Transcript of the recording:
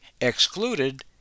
excluded